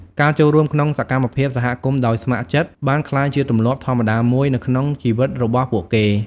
ការចូលរួមក្នុងសកម្មភាពសហគមន៍ដោយស្ម័គ្រចិត្តបានក្លាយជាទម្លាប់ធម្មតាមួយនៅក្នុងជីវិតរបស់ពួកគេ។